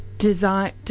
design